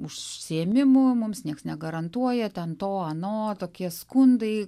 užsiėmimų mums nieks negarantuoja ten to ano tokie skundai